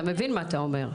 אתה מבין מה אתה אומר?